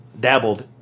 dabbled